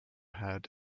had